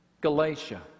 Galatia